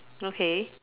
okay